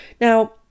Now